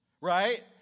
Right